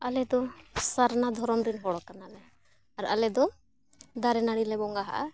ᱟᱞᱮ ᱫᱚ ᱥᱟᱨᱱᱟ ᱫᱷᱚᱨᱚᱢ ᱨᱮᱱ ᱦᱚᱲ ᱠᱟᱱᱟᱞᱮ ᱟᱨ ᱟᱞᱮ ᱫᱚ ᱫᱟᱨᱮ ᱱᱟᱹᱲᱤ ᱞᱮ ᱵᱚᱸᱜᱟᱣᱟᱜᱼᱟ